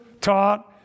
taught